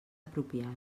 apropiades